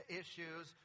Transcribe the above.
issues